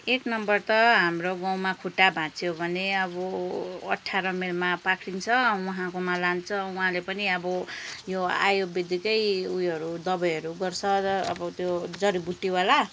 एक नम्बर त हाम्रो गाउँमा खुट्टा भाँचियो भने अब अठार माइलमा पाखरिन छ उहाँकोमा लान्छ उहाँले पनि अब यो आयुर्वेदिकै उयोहरू दबाईहरू गर्छ र अब त्यो जडीबुटी वाला